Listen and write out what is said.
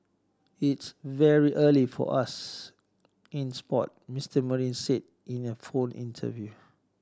it's very early for us in sport Mister Marine said in a phone interview